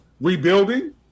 rebuilding